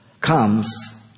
comes